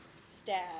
stab